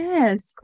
Yes